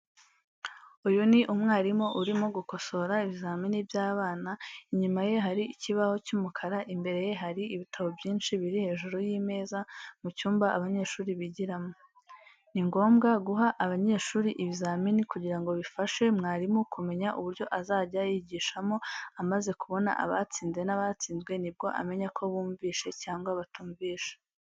Uyu ni umwarimu urimo gukosora ibizamini by'abana, inyuma ye hari ikibaho cy'umukara, imbere ye hari ibitabo byinshi biri hejuru y'imeza mu cyumba abanyeshuri bigiramo. Ni ngombwa guha abanyeshuri ibizamini kugira ngo bifashe mwarimu kumenya uburyo azajya yigishamo, amaze kubona abatsinze n'abatsinzwe nibwo amenya ko bumvishe cyangwa batumvishe.